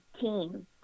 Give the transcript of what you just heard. team